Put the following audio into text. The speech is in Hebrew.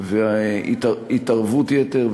והתערבות יתר,